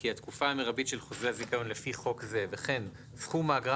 כי "התקופה המרבית של חוזה הזיכיון לפי חוק זה וכן סכום האגרה